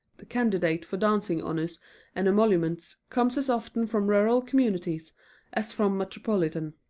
the candidate for dancing honors and emoluments comes as often from rural communities as from metropolitan.